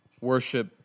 worship